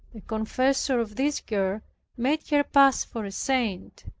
the confessor of this girl made her pass for a saint.